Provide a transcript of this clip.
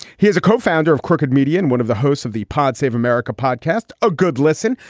he is a co-founder of crooked media in one of the hosts of the pod save america podcast. a good lesson,